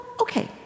okay